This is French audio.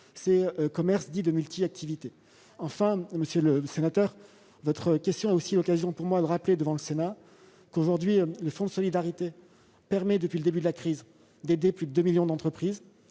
ces commerces dits « de multi-activités ». Enfin, monsieur le sénateur, votre question est aussi l'occasion pour moi de rappeler devant le Sénat que, aujourd'hui, le fonds de solidarité permet, depuis le début de la crise, d'aider plus de 2 millions d'entreprises,